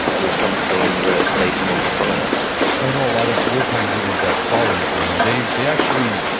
was something that made them want to follow him i know a lot of wartime leaders that followed napoleon, they they actually,